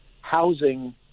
housing